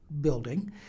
building